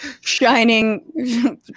Shining